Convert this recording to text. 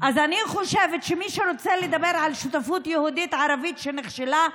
אז אני חושבת שמי שרוצה לדבר על שותפות יהודית-ערבית שנכשלה,